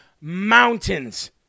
mountains